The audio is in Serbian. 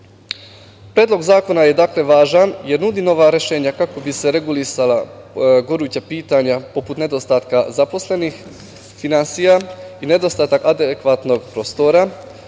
rešena. Predlog zakona je važan jer nudi nova rešenja kako bi se regulisala goruća pitanja, poput nedostatka zaposlenih, finansija i nedostatak adekvatnog prostora,